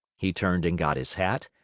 he turned and got his hat,